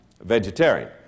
vegetarian